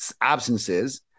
absences